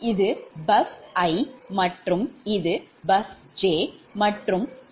இது உங்கள் 𝑉𝑖 மற்றும் 𝑉𝑗 இது இணைக்கப்பட்டுள்ளது